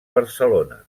barcelona